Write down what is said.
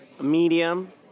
medium